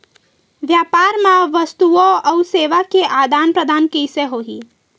व्यापार मा वस्तुओ अउ सेवा के आदान प्रदान कइसे होही?